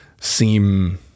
seem